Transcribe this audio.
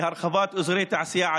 להרחבת אזורי תעשייה,